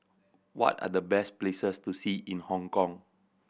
what are the best places to see in Hong Kong